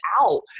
out